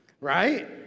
right